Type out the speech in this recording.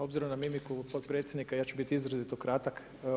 Obzirom na mimiku potpredsjednika, ja ću biti izrazito kratak.